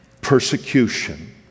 persecution